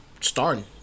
starting